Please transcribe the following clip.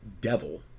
devil